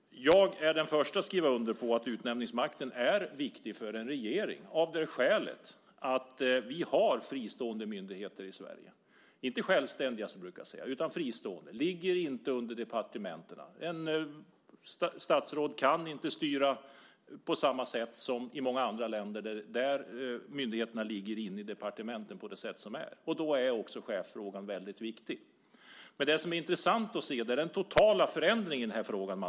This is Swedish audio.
Jag är den förste att skriva under på att utnämningsmakten är viktig för en regering. Vi har fristående - inte självständiga - myndigheter i Sverige. De ligger inte under departementen. Ett statsråd kan inte styra på samma sätt som i många andra länder där myndigheterna ligger inne i departementen. Därför är också chefsfrågan väldigt viktig. Det är intressant att se den totala förändringen i den här frågan.